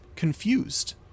confused